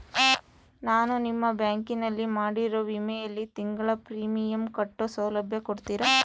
ನಾನು ನಿಮ್ಮ ಬ್ಯಾಂಕಿನಲ್ಲಿ ಮಾಡಿರೋ ವಿಮೆಯಲ್ಲಿ ತಿಂಗಳ ಪ್ರೇಮಿಯಂ ಕಟ್ಟೋ ಸೌಲಭ್ಯ ಕೊಡ್ತೇರಾ?